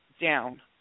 down